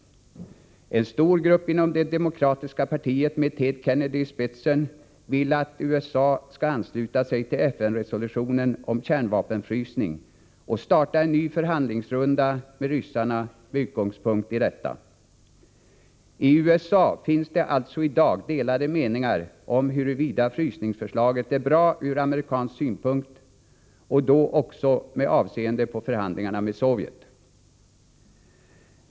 En stor grupp inom det demokratiska partiet med Ted Kennedy i spetsen vill att USA skall ansluta sig till FN-resolutionen om kärnvapenfrysning och starta en ny förhandlingsrunda med ryssarna med utgångspunkt i detta. I USA finns det alltså i dag delade meningar om huruvida frysningsförslaget är bra ur amerikansk synpunkt — och då också med avseende på förhandlingarna med Sovjet.